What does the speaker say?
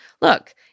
look